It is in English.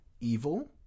evil